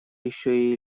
еще